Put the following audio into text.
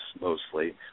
mostly